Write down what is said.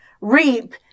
reap